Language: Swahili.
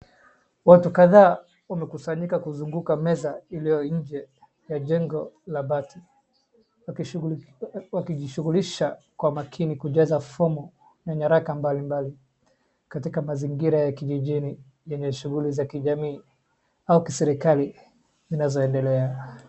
Watu kadhaa wamekusanyika kuzunguka meza iliyonje ya jengo la bati wakijishughulisha kwa makini kujaza fomu na nyaraka mbalimbali katika mazingira ya kijijini yenye shughuli za kijamii au kiserikali zinazoendelea.